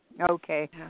Okay